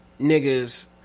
niggas